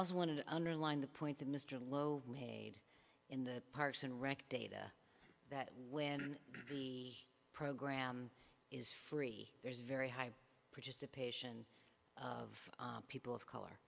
also want to underline the point that mr lowe made in the parks and rec data that when the program is free there is very high participation of people of color